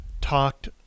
talked